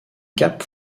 cap